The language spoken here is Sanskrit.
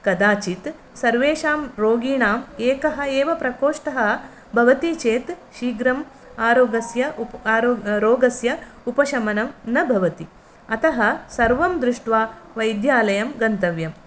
कदाचित् सर्वेषां रोगीणाम् एकः एव प्रकोष्ठः भवति चेत् शीघ्रम् आरोगस्य आरो रोगस्य उपशमनं न भवति अतः सर्वं दृष्ट्वा वैद्यालयं गन्तव्यम्